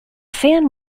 san